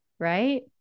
Right